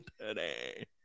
today